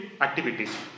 activities